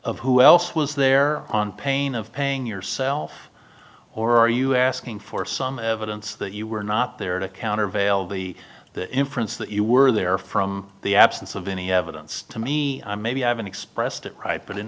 of who else was there on pain of paying yourself or are you asking for some evidence that you were not there to countervail the inference that you were there from the absence of any evidence to me i maybe haven't expressed it right but in